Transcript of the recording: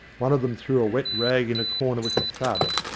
one of them threw a wet rag in a corner with a thud,